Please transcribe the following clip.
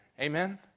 Amen